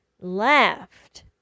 left